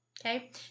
Okay